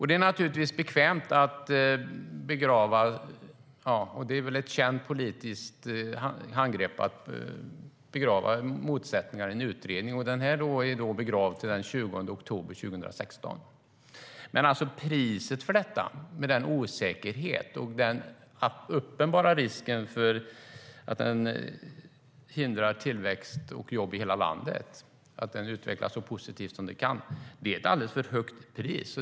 Det är naturligtvis bekvämt och ett känt politiskt handgrepp att begrava motsättningar i en utredning, och den här är alltså begravd till den 20 oktober 2016. Priset för detta, med osäkerheten och den uppenbara risken för att tillväxt och jobb i hela landet hindras från att utvecklas så positivt som möjligt, är dock alldeles för högt.